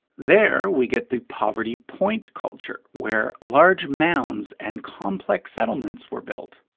there we get the poverty point culture, where large mounds and complex settlements were built.